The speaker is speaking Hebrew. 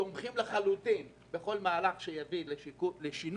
תומכים לחלוטין בכל מהלך שיביא לשינוי